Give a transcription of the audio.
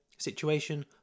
situation